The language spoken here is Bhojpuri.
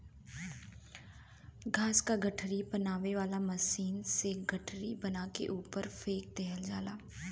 घास क गठरी बनावे वाला मशीन से गठरी बना के ऊपर फेंक देहल जाला